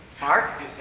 Mark